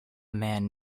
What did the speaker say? man